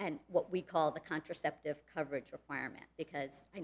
and what we call the contraceptive coverage requirement because